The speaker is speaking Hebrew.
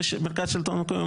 מרכז שלטון מקומי,